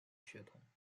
血统